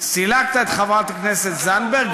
סילקת את חברת הכנסת זנדברג